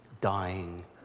dying